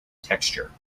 texture